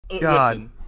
God